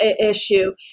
issue